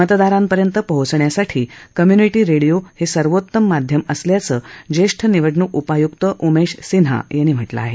मतदारांपर्यंत पोहोचण्यासाठी community radio हे सर्वोत्तम माध्यम असल्याचं ज्येष्ठ निवडणूक उपायुक्त उमेश सिन्हा यांनी म्हटलं आहे